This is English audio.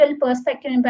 perspective